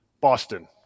Boston